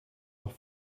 doch